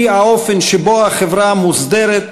היא האופן שבו החברה מוסדרת,